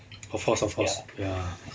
of course of course ya